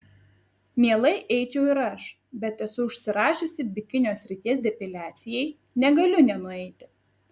mielai eičiau ir aš bet esu užsirašiusi bikinio srities depiliacijai negaliu nenueiti